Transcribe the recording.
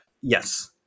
Yes